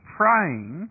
praying